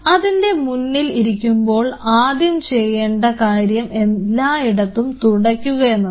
അതിൻറെ മുന്നിൽ ഇരിക്കുമ്പോൾ ആദ്യം ചെയ്യേണ്ട കാര്യം എല്ലായിടത്തും തുടയ്ക്കുക എന്നതാണ്